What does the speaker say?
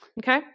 Okay